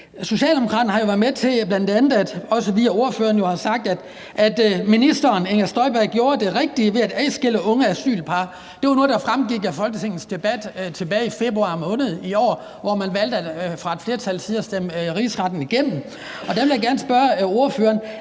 Socialdemokraterne har jo bl.a. været med til, også via ordføreren, at sige, at ministeren Inger Støjberg gjorde det rigtige ved at adskille unge asylpar. Det var noget, der fremgik af Folketingets debat tilbage i februar måned i år, hvor man fra et flertals side valgte at stemme en rigsretssag igennem. Og der vil jeg gerne spørge ordføreren: